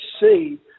see